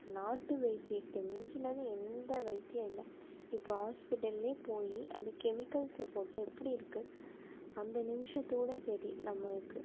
நாட்டு வைத்தியத்தை மிஞ்சினது எந்த வைத்தியம் இல்லை இப்போ ஹாஸ்பிட்டலில் போய் அது கெமிக்கல் சப்போர்ட் எப்படி இருக்குது அந்த நிமிஷத்தோடு சரி நம்மளுக்கு